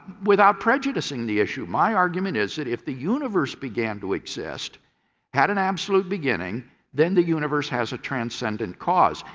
without prejudicing the issue. my argument is that if the universe began to exist had an absolute beginning then the universe has a transcendent cause.